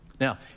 Now